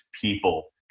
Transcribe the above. people